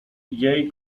jej